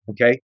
okay